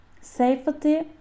safety